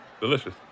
delicious